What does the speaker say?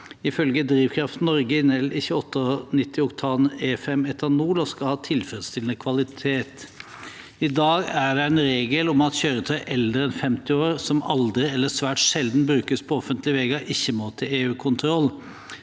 Ifølge Drivkraft Norge inneholder ikke 98 oktan E5 etanol og skal ha tilfredsstillende kvalitet. I dag er det en regel om at kjøretøy som er eldre enn 50 år som aldri eller svært sjelden brukes på offentlige veier, ikke må til EU-kontroll.